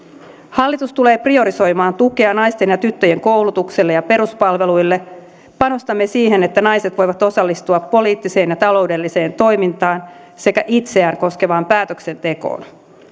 hallitus tulee priorisoimaan tukea naisten ja tyttöjen koulutukselle ja peruspalveluille panostamme siihen että naiset voivat osallistua poliittiseen ja taloudelliseen toimintaan sekä itseään koskevaan päätöksentekoon